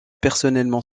personnellement